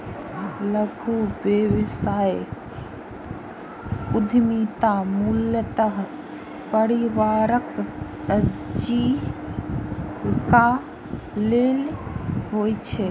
लघु व्यवसाय उद्यमिता मूलतः परिवारक आजीविका लेल होइ छै